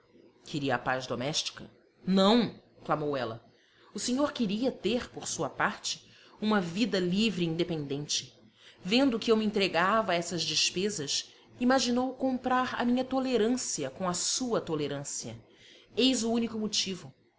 queria a paz doméstica não clamou ela o senhor queria ter por sua parte uma vida livre e independente vendo que eu me entregava a essas despesas imaginou comprar a minha tolerância com a sua tolerância eis o único motivo